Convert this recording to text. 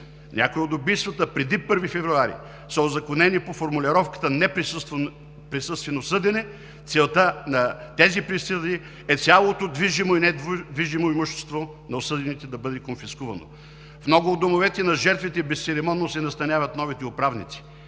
Някои от убийствата преди 1 февруари са узаконени по формулировката „неприсъствено съдени“. Целта на тези присъди е цялото движимо и недвижимо имущество на осъдените да бъде конфискувано. В много от домовете на жертвите безцеремонно се настаняват новите управници.